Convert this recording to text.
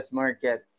market